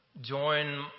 join